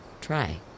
Try